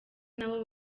nabo